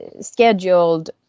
scheduled